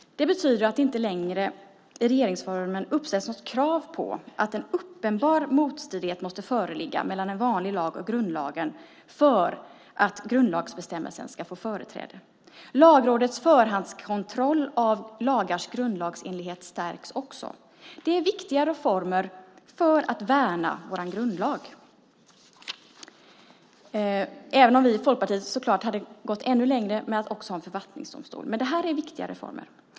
Det betyder att det inte längre i regeringsformen uppställs något krav på att en uppenbar motstridighet måste föreligga mellan en vanlig lag och grundlagen för att grundlagsbestämmelsen ska få företräde. Lagrådets förhandskontroll av lagars grundlagsenlighet stärks också. Det är viktiga reformer för att värna vår grundlag, även om vi i Folkpartiet hade gått längre med att också ha en författningsdomstol. Men det här är viktiga reformer.